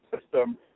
system